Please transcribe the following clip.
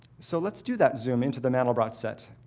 so let's do that zoom into the mandelbrot set.